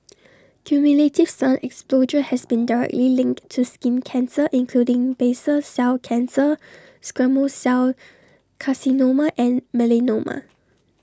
cumulative sun exposure has been directly linked to skin cancer including basal cell cancer squamous cell carcinoma and melanoma